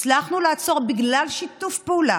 הצלחנו לעצור, בזכות שיתוף פעולה